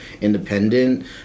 independent